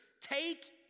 Take